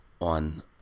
on